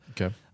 okay